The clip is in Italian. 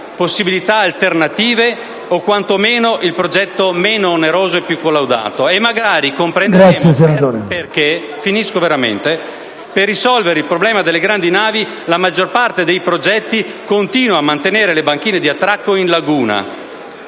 possibilità alternative o quanto meno il progetto meno oneroso e più collaudato. E magari comprenderemo perché, per risolvere il problema della grandi navi, la maggior parte dei progetti continua a mantenere le banchine di attracco in laguna,